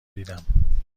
دیدم